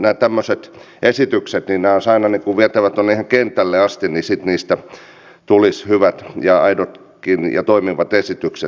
nämä tämmöiset esitykset olisi aina vietävä tuonne ihan kentälle asti niin sitten niistä tulisi hyvät aidot ja toimivatkin esitykset